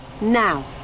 Now